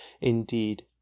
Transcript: Indeed